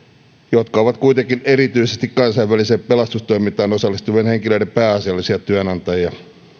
jotka ovat kuitenkin erityisesti kansainväliseen pelastustoimintaan osallistuvien henkilöiden pääasiallisia työnantajia